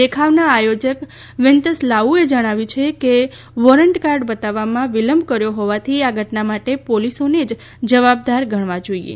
દેખાવના આયોજક વેન્તસ લાઉએ જણાવ્યું છે કે વોરંટ કાર્ડ બતાવવામાં વિલંબ કર્યો હોવાથી આ ઘટના માટે પોલીસોને જ જવાબદાર ગણવા જોઈએ